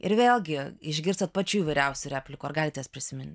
ir vėlgi išgirstat pačių įvairiausių replikų ar galit jas prisimint